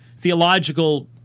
theological